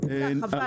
חבל.